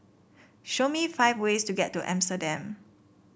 show me five ways to get to Amsterdam